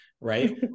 right